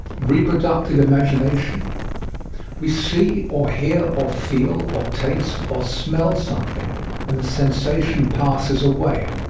reproductive imagination we see or hear or feel or taste or smell something and the sensation passes away.